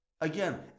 Again